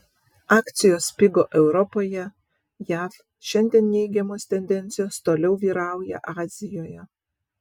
akcijos pigo europoje jav šiandien neigiamos tendencijos toliau vyrauja azijoje